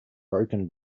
broken